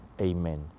Amen